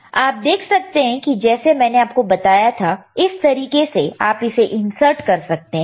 तो आप देख सकते हैं जैसे मैंने आपको बताया था इस तरीके से आप इसे इंसर्ट कर सकते हैं